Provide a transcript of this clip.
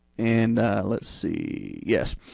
and let's see, yes,